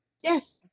yes